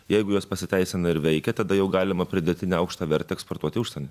jeigu jos pasiteisina ir veikia tada jau galima pridėtinę aukštą vertę eksportuoti į užsienį